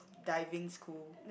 diving school